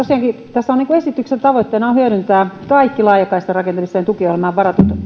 g verkkoja tosiaankin esityksen tavoitteena on hyödyntää kaikki laajakaistarakentamisen tukiohjelmaan varatut